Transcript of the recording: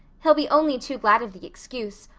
he'll be only too glad of the excuse,